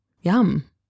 Yum